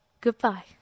goodbye